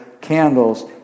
candles